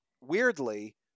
weirdly